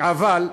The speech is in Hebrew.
אבל,